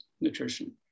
nutrition